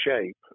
shape